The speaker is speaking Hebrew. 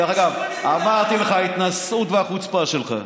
דרך אגב, אמרתי לך, ההתנשאות והחוצפה שלך,